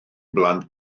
blant